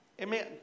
Amen